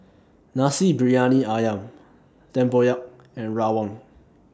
Nasi Briyani Ayam Tempoyak and Rawon